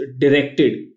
directed